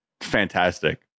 Fantastic